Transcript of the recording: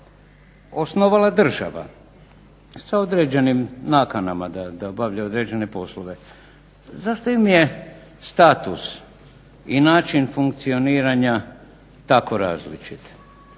osnovala država sa određenim nakanama da obavljaju određene poslove. Zašto im je status i način funkcioniranja tako različit?